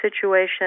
situation